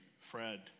Fred